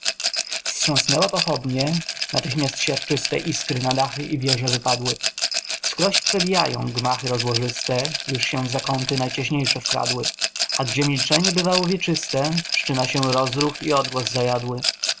wstrzęsła pochodnie natychmiast siarczyste iskry na dachy i wieże wypadły wskróś przebijają gmachy rozłożyste już się w zakąty najciaśniejsze wkradły a gdzie milczenie bywało wieczyste wszczyna się rozruch i odgłos zajadły